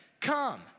come